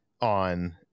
on